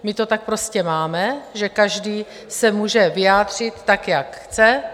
My to tak prostě máme, že každý se může vyjádřit tak, jak chce.